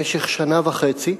במשך שנה וחצי,